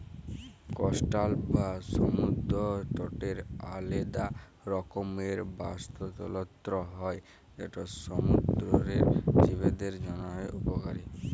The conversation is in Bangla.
কস্টাল বা সমুদ্দর তটের আলেদা রকমের বাস্তুতলত্র হ্যয় যেট সমুদ্দুরের জীবদের জ্যনহে উপকারী